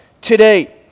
today